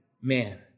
man